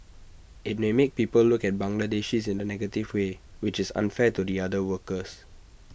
IT may make people look at Bangladeshis in A negative way which is unfair to the other workers